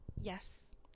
Yes